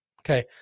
Okay